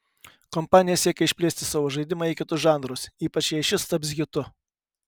kompanija siekia išplėsti savo žaidimą į kitus žanrus ypač jei šis taps hitu